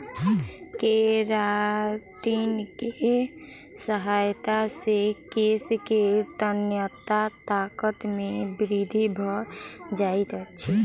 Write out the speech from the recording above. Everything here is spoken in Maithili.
केरातिन के सहायता से केश के तन्यता ताकत मे वृद्धि भ जाइत अछि